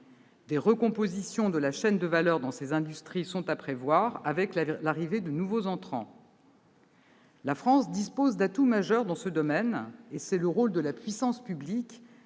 Des recompositions de la chaîne de valeur dans ces industries sont à prévoir, avec l'arrivée de nouveaux entrants. La France dispose d'atouts majeurs dans ce domaine, et c'est le rôle de la puissance publique